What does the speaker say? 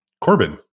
Corbin